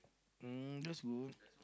mm that's good